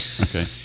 Okay